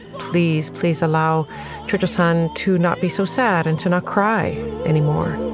please, please allow twitcher son to not be so sad and to not cry anymore